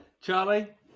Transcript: charlie